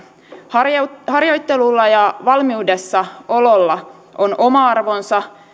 harjoittelulla harjoittelulla ja valmiudessa ololla on oma arvonsa